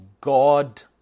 God